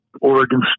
Oregon